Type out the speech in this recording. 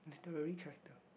history kind